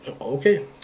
okay